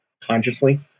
consciously